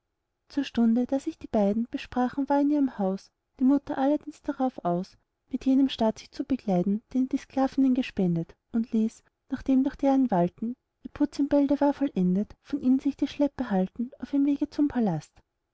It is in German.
zur stunde da sich so die beiden besprachen war in ihrem haus die mutter aladdins drauf aus mit jenem staat sich zu bekleiden den ihr die sklavinnen gespendet und ließ nachdem durch deren walten ihr putz in bälde war vollendet von ihnen sich die schleppe halten auf ihrem wege zum palast